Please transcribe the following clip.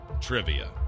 Trivia